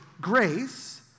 grace